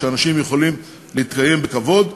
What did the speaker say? שאנשים יכולים להתקיים בכבוד,